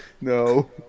No